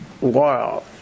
wow